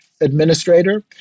administrator